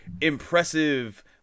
impressive